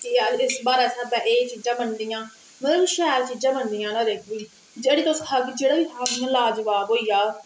बारें दे स्हाबे एह् चीजां बनदियां मतलब कि शैल चीजां बनदियां जेहड़ा बी खाह्ग ला जबाब होई जाह्ग